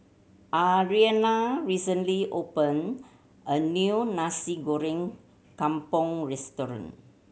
Alaina recently opened a new Nasi Goreng Kampung restaurant